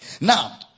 Now